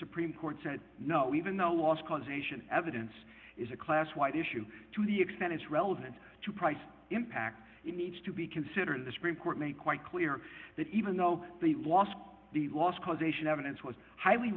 supreme court said no even though last causation evidence is a class white issue to the extent it's relevant to price impact it needs to be considered the supreme court made quite clear that even though they lost the last causation evidence was highly